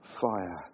fire